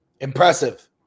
Impressive